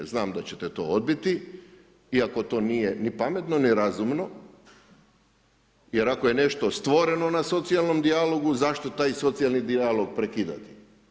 Znam da ćete to odbiti, iako to nije ni pametno, ni razumno jer ako je nešto stvoreno na socijalnom dijalogu, zašto taj socijalni dijalog prekidate.